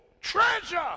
treasure